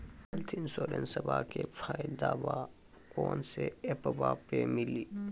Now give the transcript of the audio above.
Health इंश्योरेंसबा के फायदावा कौन से ऐपवा पे मिली?